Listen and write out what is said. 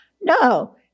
No